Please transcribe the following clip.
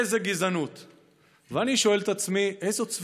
איזה גזענות.